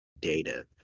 data